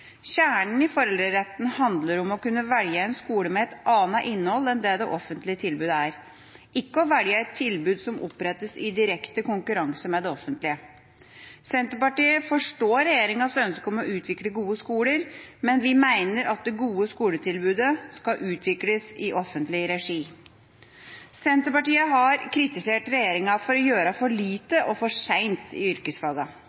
Kjernen i foreldreretten handler om å kunne velge en skole med et annet innhold enn det offentlige tilbudet, ikke å velge et tilbud som opprettes i direkte konkurranse med det offentlige. Senterpartiet forstår regjeringens ønske om å utvikle gode skoler, men vi mener at det gode skoletilbudet skal utvikles i offentlig regi. Senterpartiet har kritisert regjeringa for å gjøre for lite, for seint, i